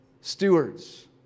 stewards